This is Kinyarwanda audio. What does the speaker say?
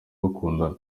bakundana